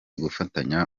gufatanya